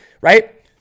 right